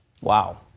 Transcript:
wow